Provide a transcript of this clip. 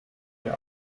ihr